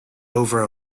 over